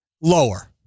Lower